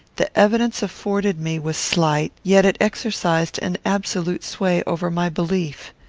the evidence afforded me was slight yet it exercised an absolute sway over my belief.